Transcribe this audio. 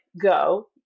go